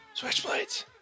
Switchblades